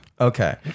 Okay